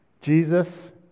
Jesus